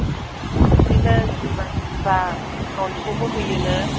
बिदिनो सोरनिबा सोरनिबा नयस'बो होयोनो